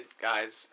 guys